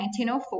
1904